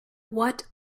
what